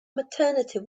maternity